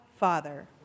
Father